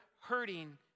hurting